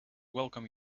welcome